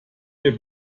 wir